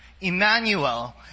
Emmanuel